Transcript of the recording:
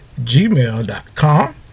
gmail.com